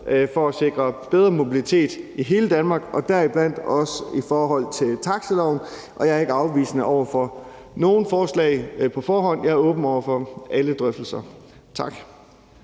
for at sikre bedre mobilitet i hele Danmark og deriblandt også i forhold til taxaloven. Og jeg er ikke afvisende over for nogen forslag på forhånd. Jeg er åben over for alle drøftelser. Tak.